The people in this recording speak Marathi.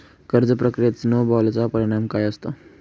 कर्ज प्रक्रियेत स्नो बॉलचा परिणाम काय असतो?